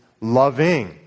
loving